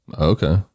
Okay